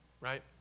right